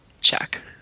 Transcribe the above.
check